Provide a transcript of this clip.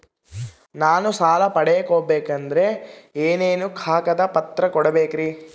ನಾನು ಸಾಲ ಪಡಕೋಬೇಕಂದರೆ ಏನೇನು ಕಾಗದ ಪತ್ರ ಕೋಡಬೇಕ್ರಿ?